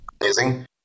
Amazing